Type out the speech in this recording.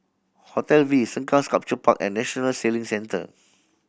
Hotel V Sengkang Sculpture Park and National Sailing Centre